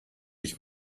ich